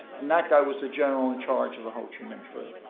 and that guy was the general in charge of the ho chi minh trail.